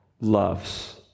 loves